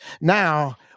now